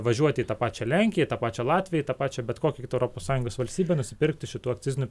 važiuoti į tą pačią lenkiją į tą pačią latviją tą pačią bet kokį europos sąjungos valstybę nusipirkti šitų akcizinių